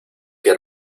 que